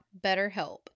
BetterHelp